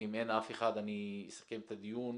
אם אין אף אחד אני אסכם את הדיון.